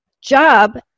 job